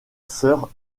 sœur